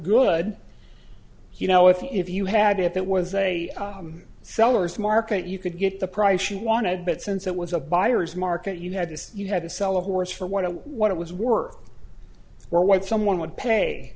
good you know if you had if it was a seller's market you could get the price you wanted but since it was a buyer's market you had to say you had to sell a horse for what it what it was worth or what someone would pay